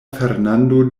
fernando